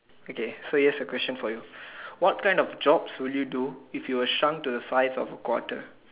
okay so here's a question for you what kind of jobs will you do if you are shrunk to the size of a quarter